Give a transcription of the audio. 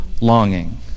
longing